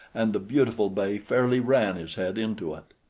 and the beautiful bay fairly ran his head into it.